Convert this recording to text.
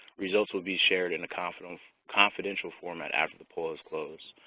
results will be shared in a confidential confidential format after the poll is closed.